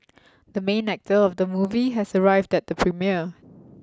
the main actor of the movie has arrived at the premiere